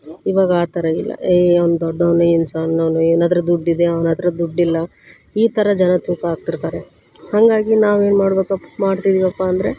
ಇವಾಗ ಆ ಥರ ಇಲ್ಲ ಏ ಅವ್ನು ದೊಡ್ಡವ್ನು ಇವ್ನು ಸಣ್ಣವನು ಇವ್ನ ಹತ್ರ ದುಡ್ಡಿದೆ ಅವ್ನ ಹತ್ರ ದುಡ್ಡಿಲ್ಲ ಈ ಥರ ಜನ ತೂಕ ಹಾಕ್ತಿರ್ತಾರೆ ಹಾಗಾಗಿ ನಾವು ಏನು ಮಾಡ್ಬೇಕಪ್ಪ ಮಾಡ್ತಿದ್ದೀವಪ್ಪ ಅಂದರೆ